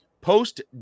post